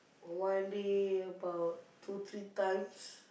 one day about two three times